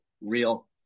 real